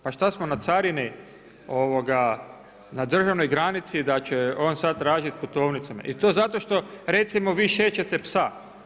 Pa šta smo na carini na državnoj granici da će on sad tražiti putovnicu me i to zato što recimo vi šećete psa.